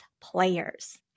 players